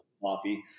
coffee